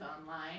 online